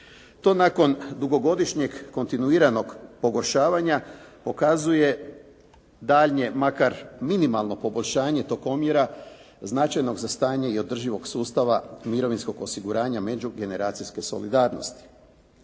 To nakon dugogodišnjeg kontinuiranog pogoršavanja pokazuje daljnje makar minimalno poboljšanje tog omjera značajnog za stanje i održivog sustava mirovinskog osiguranja međugeneracijske solidarnosti.